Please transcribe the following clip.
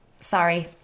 Sorry